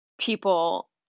people